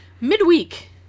midweek